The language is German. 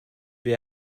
wir